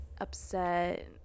upset